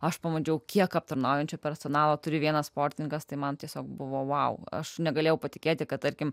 aš pamačiau kiek aptarnaujančio personalo turi vienas sportininkas tai man tiesiog buvau aš negalėjau patikėti kad tarkim